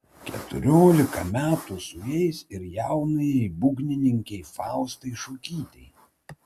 keturiolika metų sueis ir jaunajai būgnininkei faustai šukytei